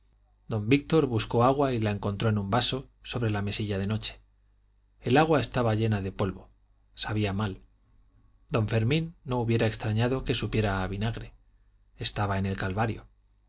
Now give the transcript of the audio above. don víctor buscó agua y la encontró en un vaso sobre la mesilla de noche el agua estaba llena de polvo sabía mal don fermín no hubiera extrañado que supiera a vinagre estaba en el calvario